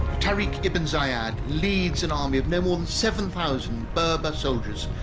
tariq ibn ziyad leads an army of no more than seven thousand berber soldiers,